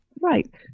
right